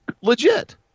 Legit